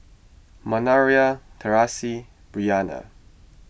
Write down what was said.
Manervia Traci Bryanna